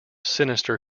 sinister